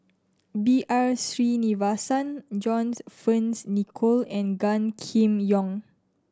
B R Sreenivasan John Fearns Nicoll and Gan Kim Yong